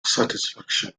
satisfaction